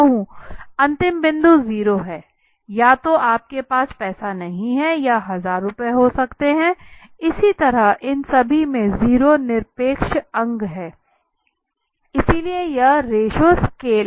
अंतिम बिंदु 0 है या तो आप के पास पैसे नहीं हैं या 1000 रुपये हो सकते हैं इसी तरह इन सभी में 0 निरपेक्ष अंक है इसलिए यह रेशों स्केल है